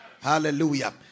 hallelujah